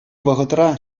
вӑхӑтра